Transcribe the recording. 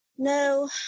No